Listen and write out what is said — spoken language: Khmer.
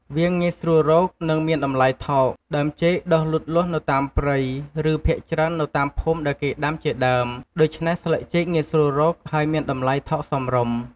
វាងាយស្រួលរក និងមានតម្លៃថោក ដើមចេកដុះលូតលាស់នៅតាមព្រៃ ឬភាគច្រើននៅតាមភូមិដែលគេដាំជាដើម ដូច្នេះស្លឹកចេកងាយស្រួលរក ហើយមានតម្លៃថោកសមរម្យ។